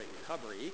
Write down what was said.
Recovery